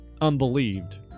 unbelieved